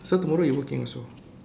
so tomorrow you working also